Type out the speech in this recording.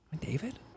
David